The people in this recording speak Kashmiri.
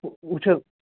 وُ وُچھ حظ